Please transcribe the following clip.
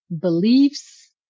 beliefs